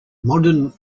modern